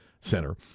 Center